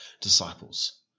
disciples